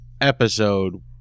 episode